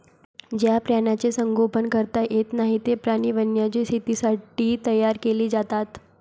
ज्या प्राण्यांचे संगोपन करता येत नाही, ते प्राणी वन्यजीव शेतीसाठी तयार केले जातात